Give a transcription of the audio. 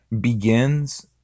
begins